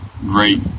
great